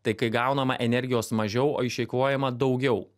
tai kai gaunama energijos mažiau o išeikvojama daugiau